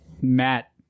Matt